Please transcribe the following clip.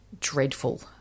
dreadful